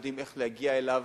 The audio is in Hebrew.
יודעים איך להגיע אליו.